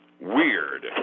weird